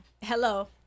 Hello